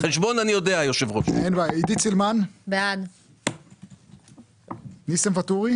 הצבעה עידית סילמן בעד ניסים ואטורי